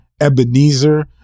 Ebenezer